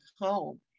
home